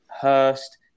Hurst